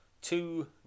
Two